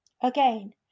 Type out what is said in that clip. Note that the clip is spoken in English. Again